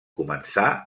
començà